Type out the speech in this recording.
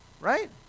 right